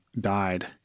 died